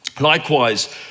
Likewise